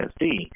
ASD